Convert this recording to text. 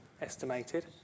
estimated